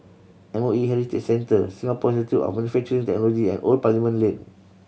M O E Heritage Centre Singapore Institute of Manufacturing Technology and Old Parliament Lane